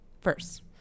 First